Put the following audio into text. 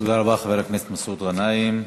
תודה רבה לחבר הכנסת מסעוד גנאים.